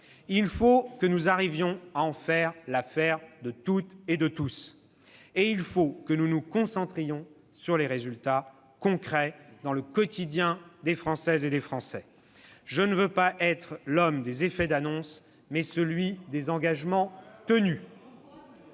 Il faut que nous arrivions à en faire l'affaire de tous. Et il faut que nous nous concentrions sur les résultats concrets, dans le quotidien des Français. Je ne veux pas être l'homme des effets d'annonce, mais celui des engagements tenus.